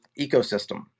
ecosystem